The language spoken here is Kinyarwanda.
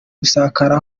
gusakara